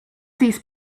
these